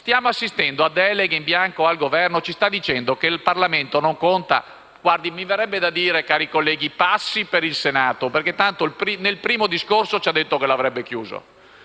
stiamo assistendo a deleghe in bianco al Governo: ci sta dicendo che il Parlamento non conta. Mi verrebbe da dire, cari colleghi: passi per il Senato, perché tanto nel primo discorso ci ha detto che l'avrebbe chiuso.